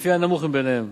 לפי הנמוך מביניהם.